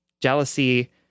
jealousy